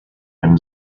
him